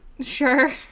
Sure